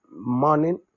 morning